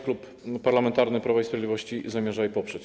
Klub Parlamentarny Prawo i Sprawiedliwość zamierza je poprzeć.